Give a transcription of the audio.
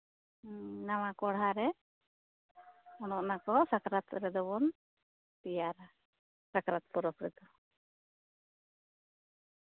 ᱱᱟᱣᱟ ᱠᱚᱲᱦᱟᱨᱮ ᱚᱱᱮ ᱚᱱᱟ ᱠᱚᱫᱚ ᱥᱟᱠᱨᱟᱛ ᱨᱮᱫᱚᱵᱚᱱ ᱛᱮᱭᱟᱨᱟ ᱥᱟᱠᱨᱟᱛ ᱯᱚᱨᱚᱵᱽ ᱨᱮᱫᱚ